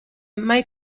mai